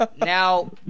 now